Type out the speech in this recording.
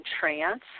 trance